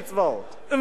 ונו, אז מה.